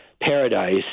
paradise